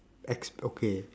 ex~ okay